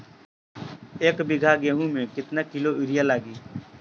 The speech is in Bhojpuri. एक बीगहा गेहूं में केतना किलो युरिया लागी?